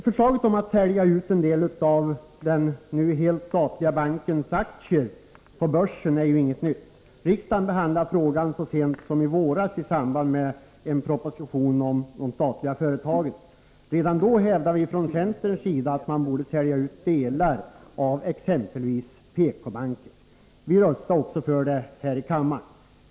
Förslaget om att sälja ut en del av den nu helt statliga bankens aktier är ingalunda ny. Riksdagen behandlade frågan så sent som i våras i samband med propositionen om de statliga företagen. Redan då hävdade vi från centerns sida att man borde sälja ut delar av exempelvis PK-banken. Vi röstade också för det här i kammaren.